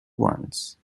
once